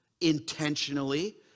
intentionally